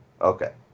okay